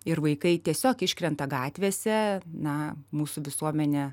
ir vaikai tiesiog iškrenta gatvėse na mūsų visuomenė